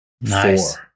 Nice